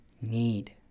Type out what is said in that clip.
need